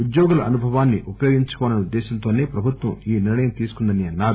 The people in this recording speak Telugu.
ఉద్యోగుల అనుభావాన్ని ఉపయోగించుకోవాలనే ఉద్దేశంతోసే ప్రభుత్వం నిర్ణయం తీసుకుందన్నారు